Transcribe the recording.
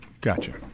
Gotcha